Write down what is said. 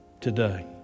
today